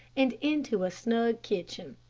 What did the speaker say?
and into a snug kitchen.